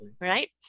right